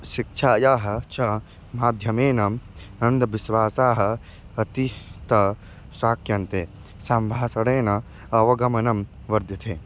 शिक्षायाः च माध्यमेन अन्धविश्वासाः अति त शक्यन्ते सम्भाषणेन अवगमनं वर्धते